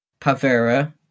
Pavera